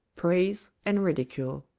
praise, and ridicule.